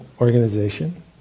organization